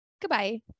Goodbye